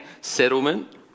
settlement